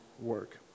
work